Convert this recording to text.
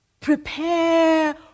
prepare